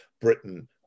Britain